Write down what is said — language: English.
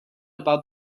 about